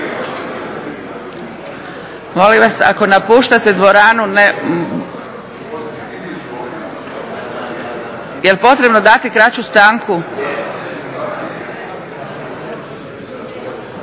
Molim vas ako napuštate dvoranu, jel potrebno dati kraću stanku?